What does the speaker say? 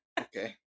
Okay